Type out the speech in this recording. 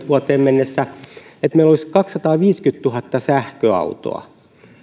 vuoteen kaksituhattakolmekymmentä mennessä että meillä olisi kaksisataaviisikymmentätuhatta sähköautoa